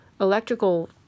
electrical